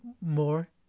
more